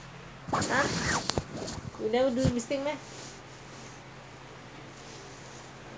I don't think that first you think what